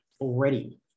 already